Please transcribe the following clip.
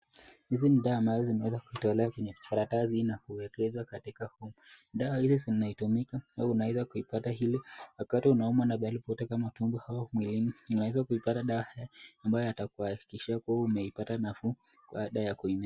Hizi ni dawa ambazo zimeweza kutolewa kwenye kijikaratasi na kuwekwa katika huu. Dawa hizi zinatumika au unaweza kuzipata ili wakati unaumwa na popote au mwilini unaweza kuipata dawa hizi ambaya yatakuhakikishia kuwa umeipata nafuu baada ya kuimeza.